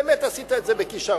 באמת עשית את זה בכשרון.